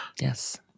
Yes